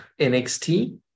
NXT